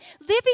living